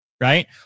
right